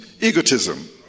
egotism